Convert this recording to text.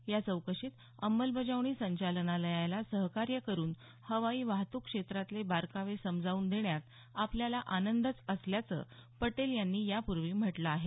या चौकशीत अंमलबजावणी संचालनालयाला सहकार्य करून हवाई वाहतुक क्षेत्रातले बारकावे समजावून देण्यात आपल्याला आनंदच असल्याचं पटेल यांनी यापूर्वी म्हटलं आहे